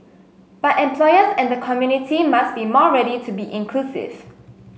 but employers and the community must be more ready to be inclusive